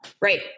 Right